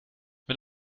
mit